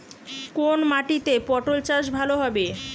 কোন মাটিতে পটল চাষ ভালো হবে?